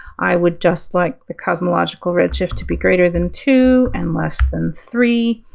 i would just like the cosmological red shift to be greater than two and less than three.